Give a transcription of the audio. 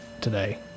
today